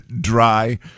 dry